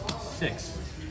six